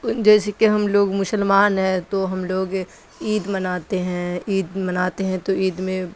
جیسے کہ ہم لوگ مسلمان ہیں تو ہم لوگ عید مناتے ہیں عید مناتے ہیں تو عید میں